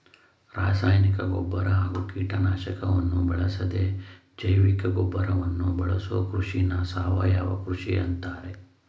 ರಾಸಾಯನಿಕ ಗೊಬ್ಬರ ಹಾಗೂ ಕೀಟನಾಶಕವನ್ನು ಬಳಸದೇ ಜೈವಿಕಗೊಬ್ಬರವನ್ನು ಬಳಸೋ ಕೃಷಿನ ಸಾವಯವ ಕೃಷಿ ಅಂತಾರೆ